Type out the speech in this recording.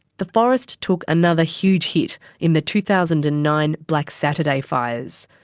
the forest took another huge hit in the two thousand and nine black saturday fires.